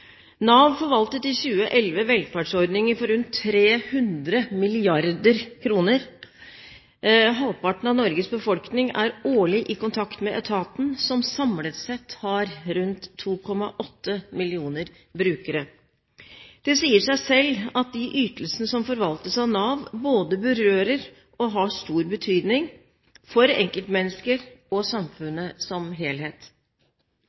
Nav forvaltet i 2011 velferdsordninger for rundt 300 mrd. kr. Halvparten av Norges befolkning er årlig i kontakt med etaten, som samlet sett har rundt 2,8 millioner brukere. Det sier seg selv at de ytelsene som forvaltes av Nav, både berører og har stor betydning for enkeltmennesker og